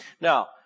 Now